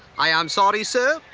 i am sorry, sir.